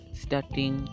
starting